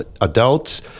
adults